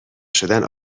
شدن